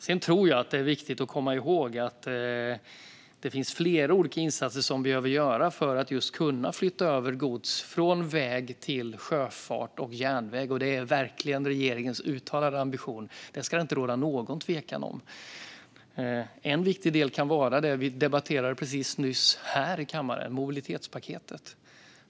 Jag tror att det är viktigt att komma ihåg att det finns flera olika insatser som vi behöver göra för att kunna flytta över gods från väg till sjöfart och järnväg. Att göra det är verkligen regeringens uttalade ambition; det ska det inte råda något tvivel om. En viktig del kan vara det vi nyss debatterade här i kammaren: mobilitetspaketet.